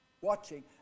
watching